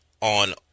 on